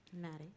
Maddie